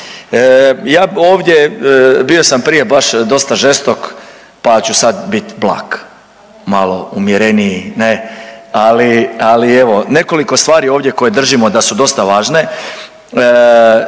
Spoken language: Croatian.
Ja ovdje, bio sam prije baš dosta žestok pa ću sad bit blag, malo umjereniji, ne, ali evo, nekoliko stvari ovdje koje držimo da su dosta važne.